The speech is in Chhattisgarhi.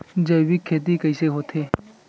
जैविक खेती कइसे होथे?